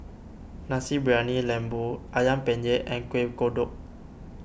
Nasi Briyani Lembu Ayam Penyet and Kueh Kodok